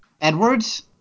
Edwards